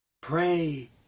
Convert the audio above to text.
Pray